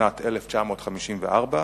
בשנת 1954,